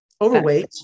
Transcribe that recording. overweight